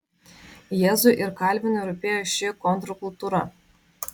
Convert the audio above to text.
jėzui ir kalvinui rūpėjo ši kontrkultūra